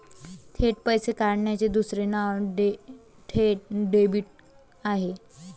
थेट पैसे काढण्याचे दुसरे नाव थेट डेबिट आहे